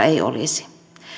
ei olisi